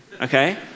Okay